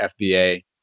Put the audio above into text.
fba